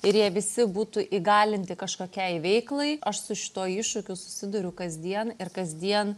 ir jie visi būtų įgalinti kažkokiai veiklai aš su šituo iššūkiu susiduriu kasdien ir kasdien